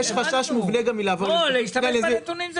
להשתמש בנתונים,